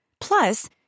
Plus